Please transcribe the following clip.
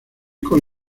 con